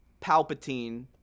palpatine